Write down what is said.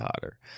hotter